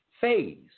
phase